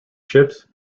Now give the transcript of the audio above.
ships